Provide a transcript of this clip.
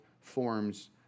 forms